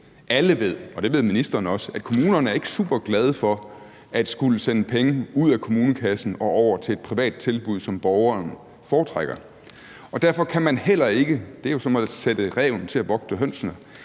Alle ved – og det ved ministeren også – at kommunerne ikke er superglade for at skulle sende penge ud af kommunekassen og over til et privat tilbud, som borgeren foretrækker. Og derfor kan man heller ikke – det er jo som at sætte ræven til at vogte hønsene